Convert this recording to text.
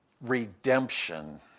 redemption